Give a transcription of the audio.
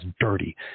dirty